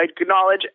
acknowledge